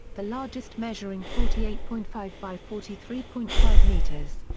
the largest measuring forty eight point five by forty three point five meters.